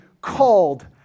called